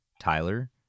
Tyler